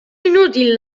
inútil